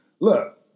look